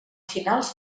finals